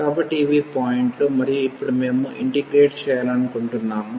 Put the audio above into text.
కాబట్టి ఇవి పాయింట్లు మరియు ఇప్పుడు మేము ఇంటిగ్రేట్ చేయాలనుకుంటున్నాము